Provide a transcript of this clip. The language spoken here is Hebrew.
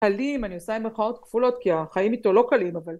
קלים אני עושה עם מרכאות כפולות כי החיים איתו לא קלים אבל